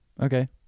Okay